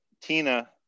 Tina